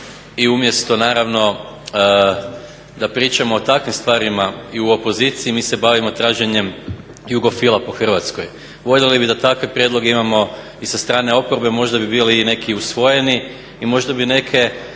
I umjesto naravno da pričamo o takvim stvarima i u opoziciji mi se bavimo traženjem jugofila po Hrvatskoj. Voljeli bi da takve prijedloge imamo i sa strane oporbe možda bi bili neki i usvojeni i možda bi neke